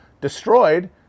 destroyed